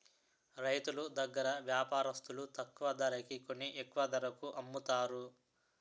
రైతులు దగ్గర వ్యాపారస్తులు తక్కువ ధరకి కొని ఎక్కువ ధరకు అమ్ముతారు